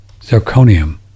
Zirconium